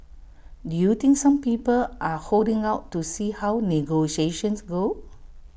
do you think some people are holding out to see how negotiations go